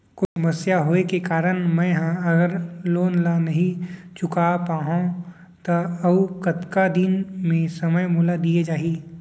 कोई समस्या होये के कारण मैं हा अगर लोन ला नही चुका पाहव त अऊ कतका दिन में समय मोल दीये जाही?